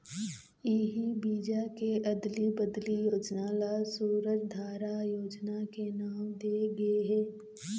इही बीजा के अदली बदली योजना ल सूरजधारा योजना के नांव दे गे हे